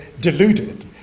deluded